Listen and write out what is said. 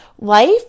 life